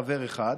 חבר אחד,